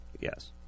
Yes